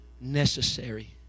necessary